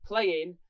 Playing